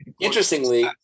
Interestingly